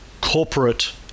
corporate